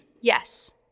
Yes